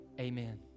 Amen